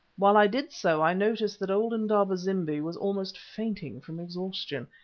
while i did so, i noticed that old indaba-zimbi was almost fainting from exhaustion.